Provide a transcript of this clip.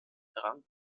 errang